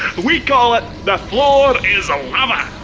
we call it the floor is um lava!